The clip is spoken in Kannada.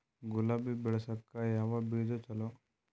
ಗುಲಾಬಿ ಬೆಳಸಕ್ಕ ಯಾವದ ಬೀಜಾ ಚಲೋ?